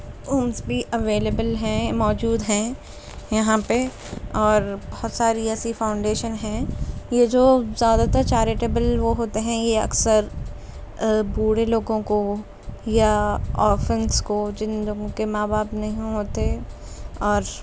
homes بھی available ہیں موجود ہیں یہاں پہ اور بہت ساری ایسی فاؤنڈیشن ہیں یہ جو ذیادہ تر چاریٹیبل وہ ہوتے ہیں یہ اکثر بوڑھے لوگوں کو یا آفنس کو جن لوگوں کے ماں باپ نہیں ہوتے اور